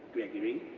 gregory?